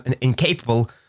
incapable